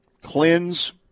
cleanse